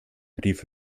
rief